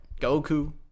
goku